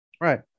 Right